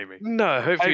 No